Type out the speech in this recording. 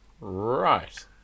right